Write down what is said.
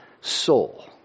soul